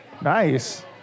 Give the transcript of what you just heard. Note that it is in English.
Nice